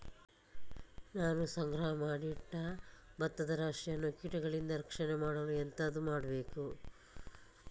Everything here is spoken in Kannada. ನಾನು ಸಂಗ್ರಹ ಮಾಡಿ ಇಟ್ಟ ಭತ್ತದ ರಾಶಿಯನ್ನು ಕೀಟಗಳಿಂದ ರಕ್ಷಣೆ ಮಾಡಲು ಎಂತದು ಮಾಡಬೇಕು?